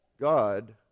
God